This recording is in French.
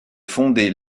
fonder